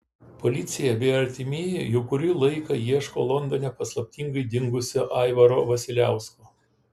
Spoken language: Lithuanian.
policija bei artimieji jau kurį laiką ieško londone paslaptingai dingusio aivaro vasiliausko